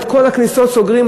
את כל הכניסות סוגרים,